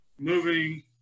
moving